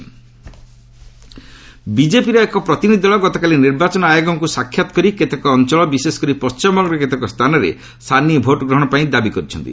BJP delegation ବିଜେପିର ଏକ ପ୍ରତିନିଧି ଦଳ ଗତକାଲି ନିର୍ବାଚନ ଆୟୋଗଙ୍କୁ ସାକ୍ଷାତ୍ କରି କେତେକ ଅଞ୍ଚଳ ବିଶେଷକରି ପଣ୍ଟିମବଙ୍ଗର କେତେକ ସ୍ଥାନରେ ସାନି ଭୋଟ୍ଗ୍ରହଣ ପାଇଁ ଦାବି କରିଛନ୍ତି